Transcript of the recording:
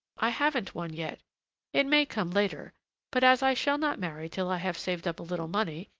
i haven't one yet it may come later but as i shall not marry till i have saved up a little money,